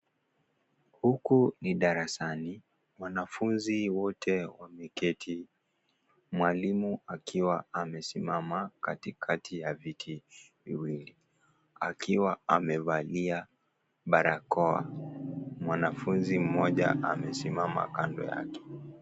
Huku ni darasani, wanafunzi wote wameketi mwalimu akiwa amesimama katikati ya viti viwili akiwa amevalia barakoa. Mwanafunzi mmoja amesimama kando yake.